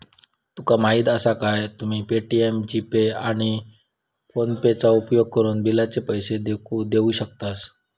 तुका माहीती आसा काय, तुम्ही पे.टी.एम, जी.पे, आणि फोनेपेचो उपयोगकरून बिलाचे पैसे देऊ शकतास